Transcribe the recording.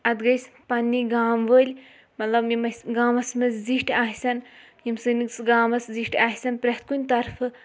اَتھ گٔژھۍ پنٛنہِ گامہٕ وٲلۍ مطلب یِم اَسہِ گامَس منٛز زِٹھۍ آسن یِم سٲنِس گامَس زِٹھۍ آسن پرٛٮ۪تھ کُنہِ طرفہٕ